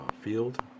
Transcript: field